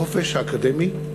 החופש האקדמי,